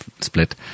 split